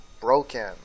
broken